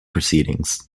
proceedings